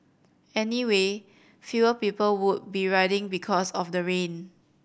anyway fewer people would be riding because of the rain